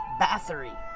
Bathory